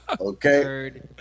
okay